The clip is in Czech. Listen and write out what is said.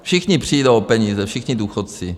Všichni přijdou o peníze, všichni důchodci.